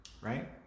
right